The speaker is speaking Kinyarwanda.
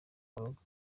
rugo